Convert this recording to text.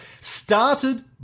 Started